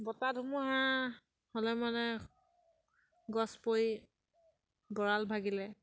বতাহ ধুমুহা হ'লে মানে গছ পৰি গঁৰাল ভাগিলে